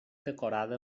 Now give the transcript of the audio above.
decorada